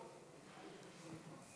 גברתי היושבת-ראש,